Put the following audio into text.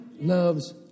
loves